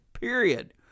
period